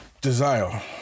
Desire